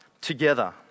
together